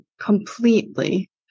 completely